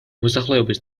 მოსახლეობის